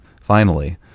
Finally